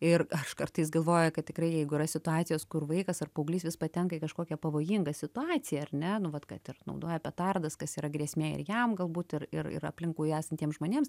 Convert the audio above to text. ir aš kartais galvoju kad tikrai jeigu yra situacijos kur vaikas ar paauglys vis patenka į kažkokią pavojingą situaciją ar ne nu vat kad ir naudoja petardas kas yra grėsmė ir jam galbūt ir ir ir aplinkui esantiems žmonėms